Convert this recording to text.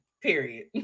Period